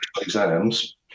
exams